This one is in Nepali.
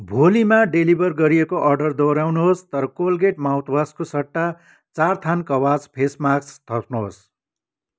भोलिमा डेलिभर गरिएको अर्डर दोहोऱ्याउनुहोस् तर कोलगेट माउथवासको सट्टा चार थान कवाच फेस मास्क थप्नुहोस्